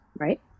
right